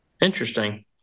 Interesting